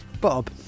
Bob